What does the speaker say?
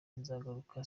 nzagaruka